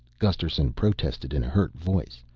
gusterson protested in a hurt voice.